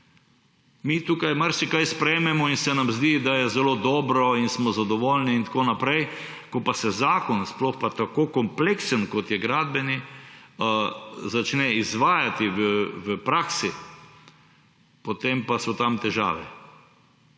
Mi tukaj marsikaj sprejmemo in se nam zdi, da je zelo dobro in smo zadovoljni in tako naprej. Ko pa se zakon, sploh pa tako kompleksen, kot je gradbeni, začne izvajati v praksi, potem pa so tam težave.